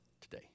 today